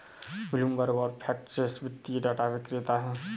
Bloomberg और FactSet वित्तीय data विक्रेता हैं